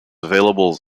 available